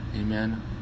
Amen